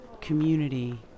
community